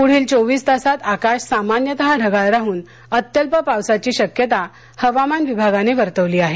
पुढील चोवीस तासांत आकाश सामान्यतः ढगाळ राहून अत्यल्प पावसाची शक्यता हवामान विभागाने वर्तवली आहे